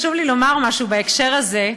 חשוב לי לומר משהו בהקשר הזה.